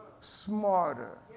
smarter